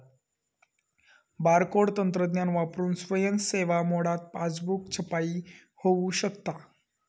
barcode तंत्रज्ञान वापरून स्वयं सेवा मोडात पासबुक छपाई होऊ शकता